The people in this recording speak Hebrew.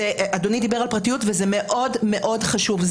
אדוני דיבר על פרטיות וזה מאוד מאוד חשוב.